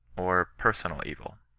or personal evil.